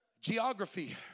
Geography